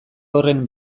horren